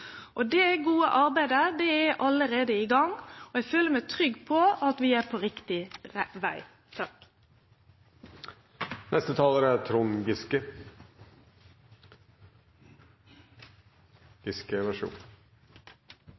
transport. Det gode arbeidet er allereie i gang, og eg føler meg trygg på at vi er på riktig veg. Det foregår egentlig to parallelle debatter i denne salen i forbindelse med denne saken. Den ene er